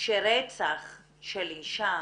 שרצח של אישה